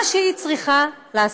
מה שהיא צריכה לעשות.